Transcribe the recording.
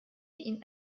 ihn